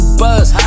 buzz